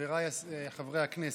חבריי חברי הכנסת,